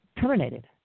terminated